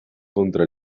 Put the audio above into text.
contra